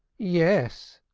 yes,